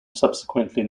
subsequently